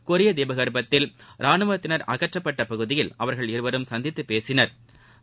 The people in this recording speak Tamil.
கொரிய தீபகற்பத்தில் ரானுவம் அகற்றப்பட்ட பகுதியில் அவா்கள் இருவரும் சந்தித்துப் பேசினா்